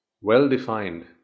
well-defined